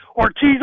Ortiz